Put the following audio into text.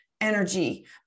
energy